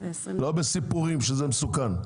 לא בסיפורים שזה מסוכן.